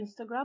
Instagram